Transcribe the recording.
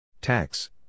Tax